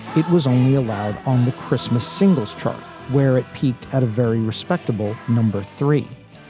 it was only allowed on the christmas singles chart where it peaked at a very respectable number three,